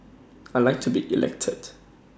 I Like to be elected